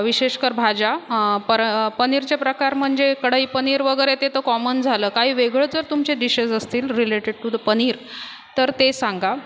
विशेषकर भाज्या पर पनीरचे प्रकार म्हणजे कढई पनीर वगैरे ते तर कॉमन झालं काही वेगळं जर तुमचे डिशेस् असतील रिलेटेड टू द पनीर तर ते सांगा